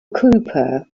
cooper